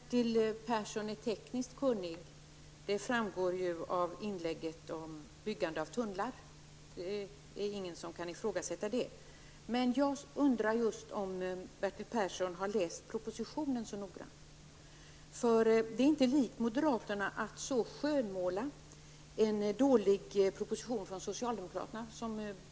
Herr talman! Att Bertil Persson är tekniskt kunnig framgår av hans inlägg om byggande av tunnlar. Det kan ingen ifrågasätta. Men jag undrar om han har läst propositionen så noggrant. Det är nämligen inte likt moderaterna att på det sätt som Bertil Persson gör här i dag skönmåla en dålig proposition från socialdemokraterna.